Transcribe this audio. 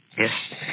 Yes